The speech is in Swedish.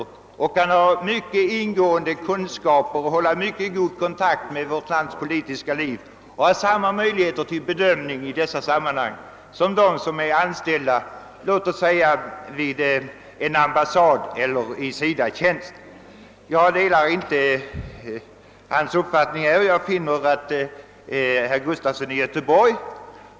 Dessa personer kan ha mycket ingående kunskaper om och hålla god kontakt med vårt lands politiska liv, och de har samma möjligheter att bedöma dessa sammanhang som de anställda vid t.ex. en ambassad eller i SIDA:s tjänst. Jag delar alltså inte herr Gustafsons uppfattning.